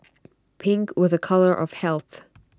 pink was A colour of health